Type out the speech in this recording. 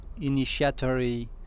initiatory